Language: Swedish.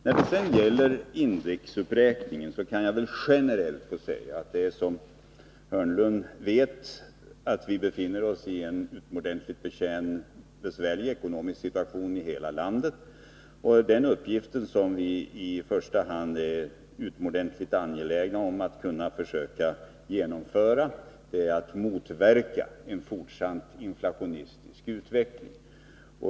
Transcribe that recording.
När det gäller indexuppräkningen kan jag generellt säga att vi, som Börje Hörnlund vet, befinner oss i en utomordentligt besvärlig ekonomisk situation i hela landet. Den uppgift som vi i första hand är synnerligen angelägna om att kunna genomföra är att motverka en fortsatt inflationistisk utveckling.